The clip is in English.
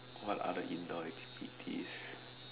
what other indoor activities